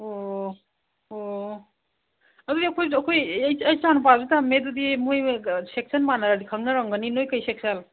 ꯑꯣ ꯑꯣ ꯑꯗꯨꯗꯤ ꯑꯩꯈꯣꯏꯁꯨ ꯑꯩꯈꯣꯏ ꯑꯩ ꯏꯆꯥ ꯅꯨꯄꯥꯁꯨ ꯇꯝꯃꯦ ꯑꯗꯨꯗꯤ ꯃꯣꯏ ꯁꯦꯛꯁꯟ ꯃꯥꯟꯅꯔꯗꯤ ꯈꯪꯅꯔꯝꯒꯅꯤ ꯅꯣꯏ ꯀꯩ ꯁꯦꯛꯁꯜ